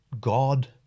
God